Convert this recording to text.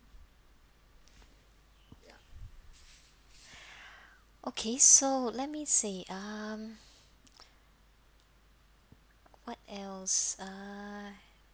okay so let me see um what else uh